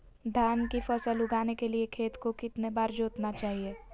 धान की फसल उगाने के लिए खेत को कितने बार जोतना चाइए?